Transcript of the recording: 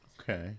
Okay